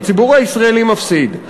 הציבור הישראלי מפסיד,